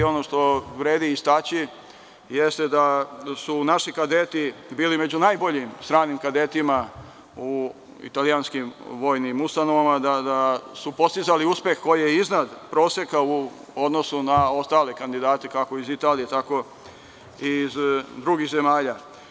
Ono što vredi istaći jeste da su naši kadeti bili među najboljim stranim kadetima u italijanskim vojnim ustanovama, da su postizali uspeh koji je iznad proseka u odnosu na ostale kandidate, kako iz Italije, tako iz drugih zemalja.